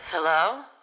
Hello